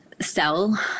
sell